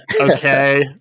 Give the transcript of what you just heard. Okay